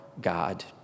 God